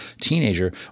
teenager